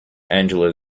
angela